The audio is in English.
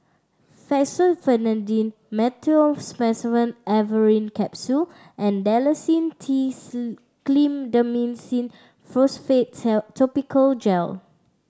Fexofenadine Meteospasmyl Alverine Capsule and Dalacin T Clindamycin Phosphate Topical Gel